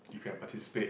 you can participate